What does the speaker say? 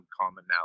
commonality